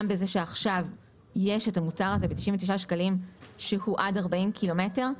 גם בזה שעכשיו יש המוצר הזה ב-99 שקלים שהוא עד 40 ק"מ.